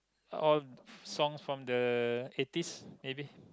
all songs from the eighties eighty